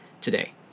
today